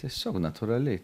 tiesiog natūraliai